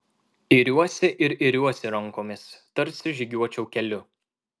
iriuosi ir iriuosi rankomis tarsi žygiuočiau keliu